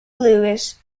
lewis